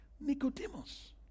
Nicodemus